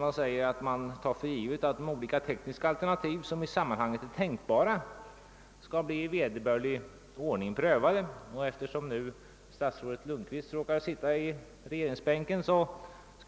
Man säger att man tar för givet att de olika alternativ som i sammanhanget är tänkbara i vederbörlig ordning kommer att prövas. Eftersom statsrådet Lundkvist nu befinner sig i